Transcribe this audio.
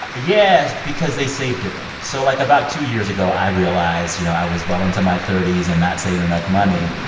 two? yeah, because they save differently. so, like, about two years ago, i realized, you know, i was well into my thirty s and not saving enough money.